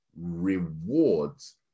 rewards